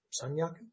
Sanyaku